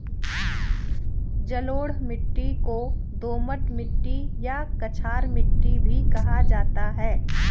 जलोढ़ मिट्टी को दोमट मिट्टी या कछार मिट्टी भी कहा जाता है